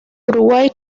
uruguay